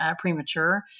premature